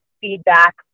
feedback